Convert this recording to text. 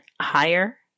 higher